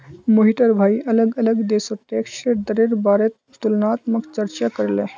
मोहिटर भाई अलग अलग देशोत टैक्सेर दरेर बारेत तुलनात्मक चर्चा करले